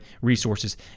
resources